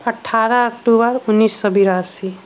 अठारह अक्टूबर उन्नैस सए बिरासी